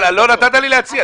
אבל לא נתת לי להציע.